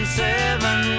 seven